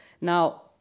Now